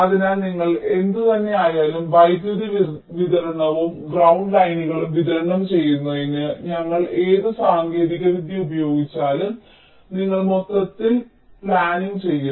അതിനാൽ നിങ്ങൾ എന്തുതന്നെയായാലും വൈദ്യുതി വിതരണവും ഗ്രൌണ്ട് ലൈനുകളും വിതരണം ചെയ്യുന്നതിന് ഞങ്ങൾ ഏത് സാങ്കേതികവിദ്യ ഉപയോഗിച്ചാലും നിങ്ങൾ മൊത്തത്തിൽ പ്ലാനിംഗ് ചെയ്യും